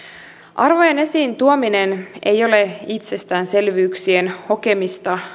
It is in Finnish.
arvojen esiin tuominen ei ole itsestäänselvyyksien hokemista